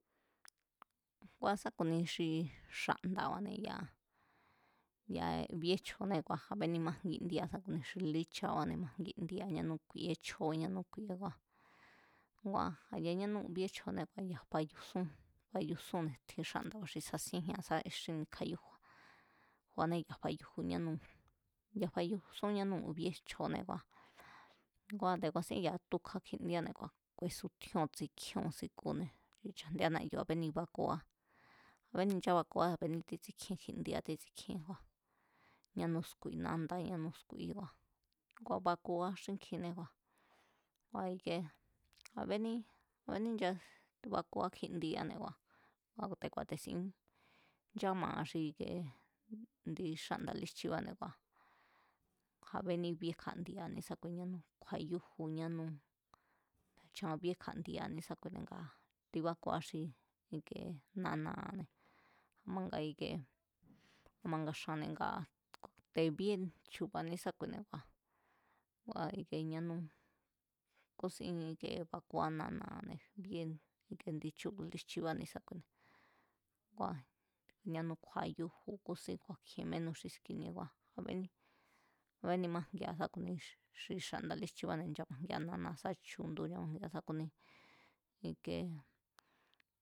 Ngua̱ sá ku̱ni xi xa̱nda̱ba̱ne̱ ya̱a bíé chjo̱née̱ a̱beni majngindíéa̱ sá ku̱ni xi líchabáne̱ majngindíéa̱ yánú ku̱i̱é chjo̱ó yánú ku̱i̱ebáa̱ ngua̱ a̱ ya̱ yánú bíe chjóné kua̱ a ya̱ fayusúnne̱, fayusúnne̱ tjin xánda̱ xi sasíénjínra̱ sa xín ni̱kjayújuanee̱ ya̱ fayuju yánú, ya̱ bayujusún yánúu̱ bíe chjo̱ne ngua̱ te̱ ku̱a̱sín ya̱a tukja kjíndiáne̱ kua̱ ku̱e̱sutjíóo̱n tsi̱kjíóo̱n si̱ku̱ne̱, chajndía̱ na̱yu̱ a̱beni bákuá, a̱beni nchábakuá, a̱béní títsíkjien kji'ndiá títsíkjíé kjúán ñáñú skui nándá ñánú skúíbá ngua̱ bakuá xínkji kua̱, kua̱ ikie a̱béní, a̱béní nchabakua kjindiane̱ kua̱ kua̱ te̱ku̱a̱te̱sín nchámaa̱ xi indi xánda̱ líjchibáne̱ kua̱ jabení bíekja̱ndiera̱ ne̱sákui yanú kjuayúju ñánú, chan bíekja̱ndiera̱ ne̱sákuine̱ ngaa̱ tibákuá xi i̱ke nana̱a̱ a̱ma nga i̱ke a̱ma nga xaan te̱ bíé chu̱ba̱ ne̱ésákuine̱ kua̱, kua̱ i̱ke ñánú kúsin kée bakua nana̱a̱ne̱ bíé, bíé ndi chúu̱ líjchiba ne̱sákuine̱, ngua̱ yanú kju̱a̱yúju kúsín ku̱a̱kji̱e̱n menú xi ski̱ni̱e̱ a̱beni májgia̱ sá ku̱ni xi xa̱nda̱ líjchibáne̱ nchamajgia̱ nana̱a̱ sá chu̱ndu nchamajgia̱ sá ku̱ni i̱ke, i̱ke